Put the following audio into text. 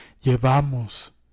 llevamos